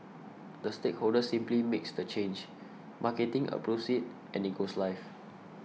the stakeholder simply makes the change and it goes life